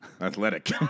Athletic